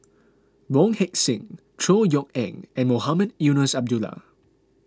Wong Heck Sing Chor Yeok Eng and Mohamed Eunos Abdullah